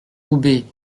goubet